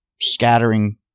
scattering